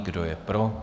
Kdo je pro?